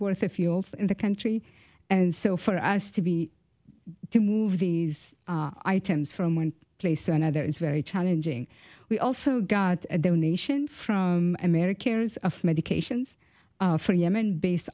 worth of fuels in the country and so for us to be to move these items from one place to another is very challenging we also got a donation from americans of medications for yemen based